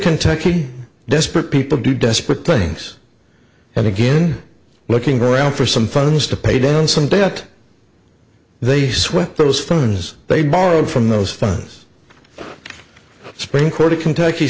kentucky desperate people do desperate things and again looking around for some funds to pay down some debt they swept those phones they borrowed from those funds to spank or to kentucky